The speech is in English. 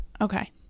Okay